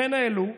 אכן העלו,